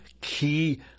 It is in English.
key